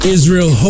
Israel